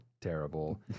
terrible